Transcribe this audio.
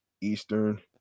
Eastern